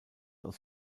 aus